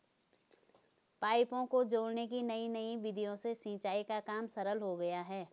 पाइपों को जोड़ने की नयी नयी विधियों से सिंचाई का काम सरल हो गया है